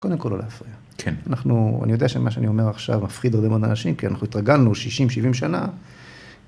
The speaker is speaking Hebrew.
קודם כל לא להפחיד. כן. אנחנו, אני יודע שמה שאני אומר עכשיו מפחיד הרבה מאוד אנשים כי אנחנו התרגלנו 60-70 שנה.